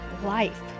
life